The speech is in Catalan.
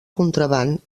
contraban